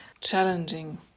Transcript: challenging